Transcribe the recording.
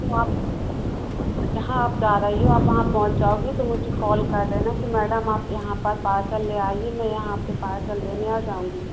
तो आप जहाँ आप जा रही हो आप वहाँ पहूँच जाओगे तो मुझे कॉल कर देना कि मैडम आप यहाँ पर पार्सल ले आइए मैं यहाँ पर पार्सल लेने आ जाऊँगी